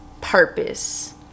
purpose